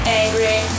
angry